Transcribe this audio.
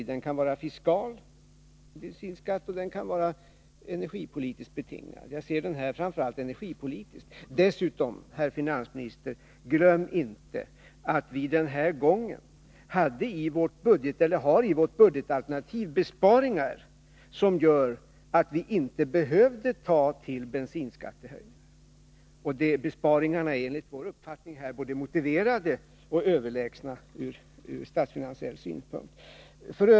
Den kan vara fiskalt betingad, och den kan vara energipolitiskt betingad. Jag ser den här framför allt som energipolitiskt betingad. Dessutom, herr finansminister, glöm inte att vi den här gången i vårt budgetalternativ har besparingar som gör att vi inte behövde ta till bensinskattehöjningen. Dessa besparingar är enligt vår uppfattning motiverade och överlägsna andra förslag ur statsfinansiell synpunkt.